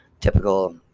typical